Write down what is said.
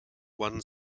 one